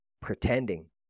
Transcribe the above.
pretending